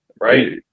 Right